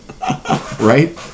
Right